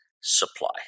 supply